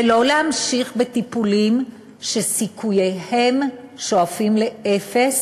ולא להמשיך בטיפולים שסיכוייהם שואפים לאפס